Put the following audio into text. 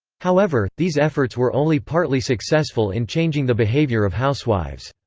however, these efforts were only partly successful in changing the behavior of housewives.